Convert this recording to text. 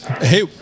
Hey